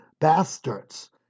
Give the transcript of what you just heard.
bastards